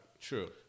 True